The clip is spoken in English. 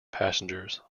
passengers